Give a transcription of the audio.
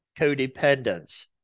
codependence